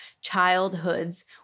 childhoods